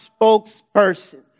spokespersons